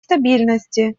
стабильности